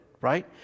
right